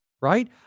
right